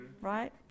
Right